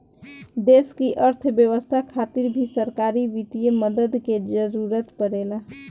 देश की अर्थव्यवस्था खातिर भी सरकारी वित्तीय मदद के जरूरत परेला